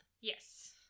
Yes